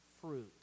fruit